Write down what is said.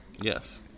Yes